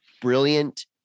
brilliant